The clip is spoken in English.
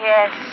Yes